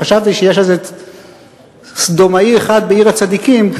חשבתי שיש איזה סדומאי אחד בעיר הצדיקים.